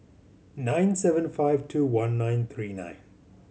nine seven five two one nine three nine